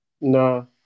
No